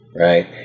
right